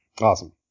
Awesome